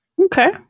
Okay